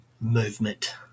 movement